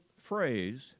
phrase